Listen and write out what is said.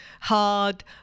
hard